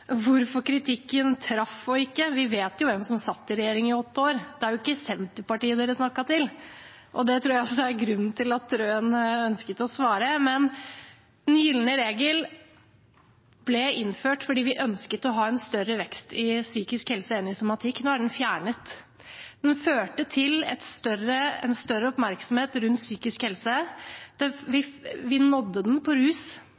hvorfor kritikken traff og ikke: Vi vet jo hvem som satt i regjering i åtte år – det er ikke Senterpartiet dere snakket til. Det tror jeg også er grunnen til at Trøen ønsket å svare. Men den gylne regel ble innført fordi vi ønsket å ha en større vekst i psykisk helse enn i somatikk. Nå er den fjernet, men den førte til en større oppmerksomhet rundt psykisk helse – vi nådde den på rus,